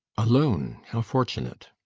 alone! how fortunate!